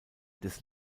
des